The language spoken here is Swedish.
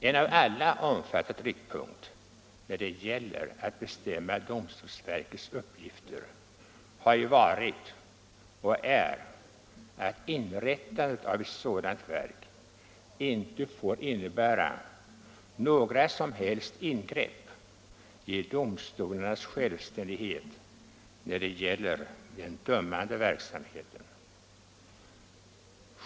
En av alla omfattad riktpunkt när det gäller att bestämma domstolsverkets uppgifter har ju varit och är att inrättandet av ett sådant verk inte får innebära något som helst ingrepp i domstolarnas självständighet när det gäller den dömande verksamheten.